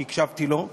שהקשבתי לו,